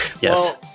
Yes